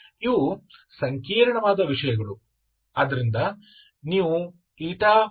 ಆದ್ದರಿಂದ ನೀವು ಪಡೆಯುವುದು